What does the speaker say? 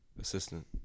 Assistant